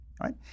right